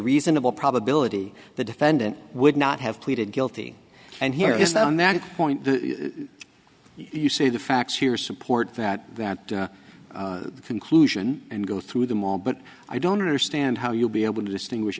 reasonable probability the defendant would not have pleaded guilty and here is that on that point you see the facts here support that that conclusion and go through them all but i don't understand how you'll be able to distinguish